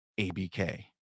abk